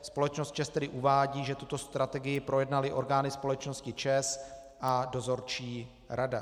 Společnost uvádí, že tuto strategii projednaly orgány společnosti ČEZ a dozorčí rada.